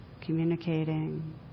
communicating